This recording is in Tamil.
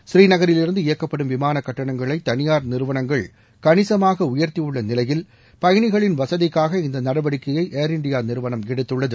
ஸ்ரீநகரிலிருந்து இயக்கப்படும் விமான கட்டணங்களை தனியார் நிறுகூனங்கள் கணிசமாக உயர்த்தியுள்ள நிலையில் பயணிகளின் வசதிக்காக இந்த நடவடிக்கையை ஏர் இண்டியா நிறுவனம் எடுத்துள்ளது